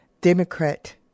Democrat